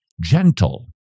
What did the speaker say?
gentle